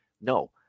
No